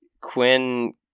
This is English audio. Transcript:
Quinn